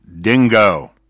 dingo